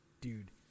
Dude